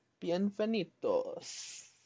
Bienvenidos